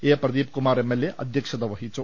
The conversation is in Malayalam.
A Pradeep Kumar M L A അധ്യക്ഷത വഹിച്ചു